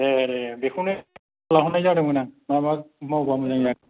ए बेखैनो लाहरनाय जादोंमोन आं मा मा मावब्ला मोजां जागोन